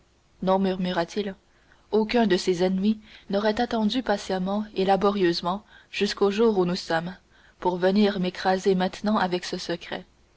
murmura-t-il aucun de ces ennemis n'aurait attendu patiemment et laborieusement jusqu'au jour où nous sommes pour venir m'écraser maintenant avec ce secret